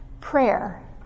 Prayer